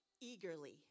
eagerly